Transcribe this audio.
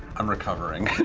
i'm recovering.